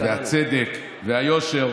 הסירו טלפיכם מנושא קדוש ורגיש זה.